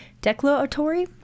declaratory